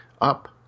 up